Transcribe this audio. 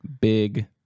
big